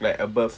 like above